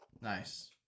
Nice